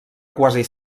quasi